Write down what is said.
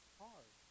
hard